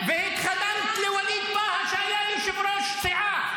--- והתחננת לווליד טאהא, שהיה יושב-ראש סיעה.